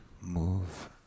move